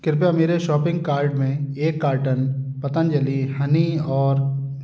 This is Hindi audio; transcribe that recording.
कृपया मेरे शॉपिंग कार्ड में एक कार्टन पतंजलि हनी और